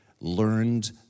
learned